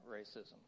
racism